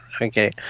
Okay